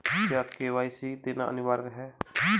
क्या के.वाई.सी देना अनिवार्य है?